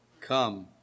come